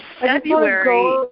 February